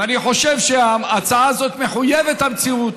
ואני חושב שההצעה הזאת מחויבת המציאות,